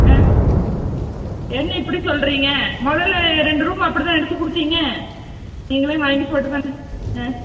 ம் என்ன இப்படி சொல்றீங்க முதல்ல ரெண்டு ரூம் அப்படி தான் எடுத்து கொடுத்தீங்க நீங்களே வாங்கி போட்டுப் பண்ணு ஆ